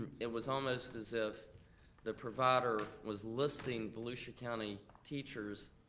it was almost as if the provider was listing volusia county teachers,